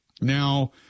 Now